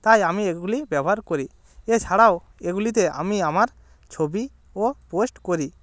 তাই আমি এগুলি ব্যবহার করি এছাড়াও এগুলিতে আমি আমার ছবিও পোস্ট করি